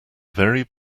very